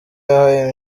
yahawe